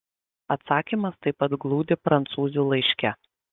atsakymas taip pat glūdi prancūzių laiške